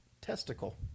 Testicle